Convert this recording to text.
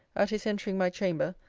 at his entering my chamber,